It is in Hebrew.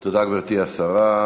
תודה, גברתי השרה.